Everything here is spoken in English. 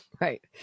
Right